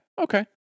Okay